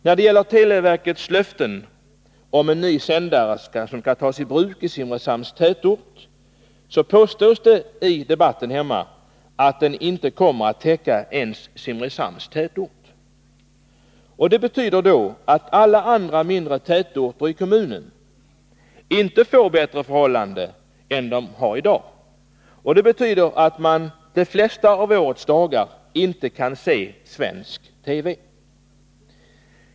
När det gäller televerkets löften om en ny sändare, som skall tas i bruk i Simrishamns tätort, påstås i debatten hemma att den inte kommer att täcka ens Simrishamns tätort. Det betyder att alla andra mindre orter i kommunen inte får bättre förhållanden än i dag. Det innebär också att man de flesta av årets dagar inte kan se svensk TV.